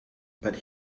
but